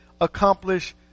accomplish